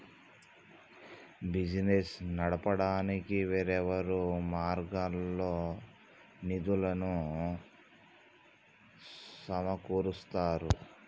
business నడపడానికి వేర్వేరు మార్గాల్లో నిధులను సమకూరుత్తారు